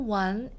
one